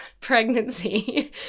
pregnancy